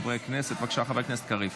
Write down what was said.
חברי הכנסת.